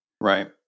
Right